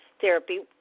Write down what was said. therapy